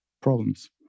problems